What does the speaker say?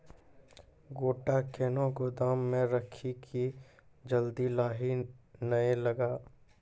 गोटा कैनो गोदाम मे रखी की जल्दी लाही नए लगा?